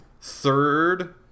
third